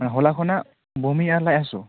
ᱦᱚᱞᱟ ᱠᱷᱚᱱᱟ ᱵᱚᱢᱤ ᱟᱨ ᱞᱟᱡ ᱦᱟᱹᱥᱩ